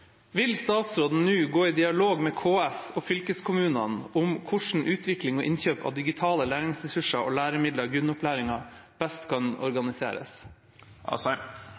Vil statsråden nå gå i dialog med KS og fylkeskommunene om hvordan utvikling og innkjøp av digitale læringsressurser og læremidler i grunnopplæringa best kan organiseres?»